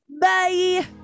Bye